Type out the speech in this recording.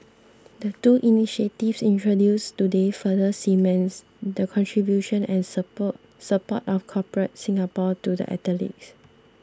the two initiatives introduced today further cements the contribution and support support of Corporate Singapore to the athletes